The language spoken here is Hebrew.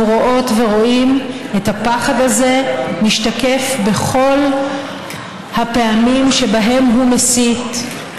אנחנו רואות ורואים את הפחד הזה משתקף בכל הפעמים שבהן הוא מסית,